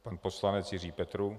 Pan poslanec Jiří Petrů.